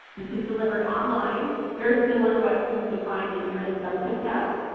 this is delivered online very similar to what students would find in year-end summative tests.